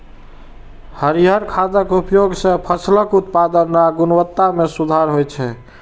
हरियर खादक उपयोग सं फसलक उत्पादन आ गुणवत्ता मे सुधार होइ छै